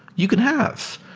you can have,